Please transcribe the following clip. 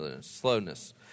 slowness